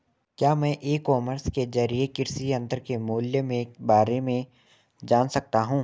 क्या मैं e commerce के ज़रिए कृषि यंत्र के मूल्य में बारे में जान सकता हूँ?